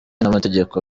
n’amategeko